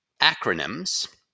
acronyms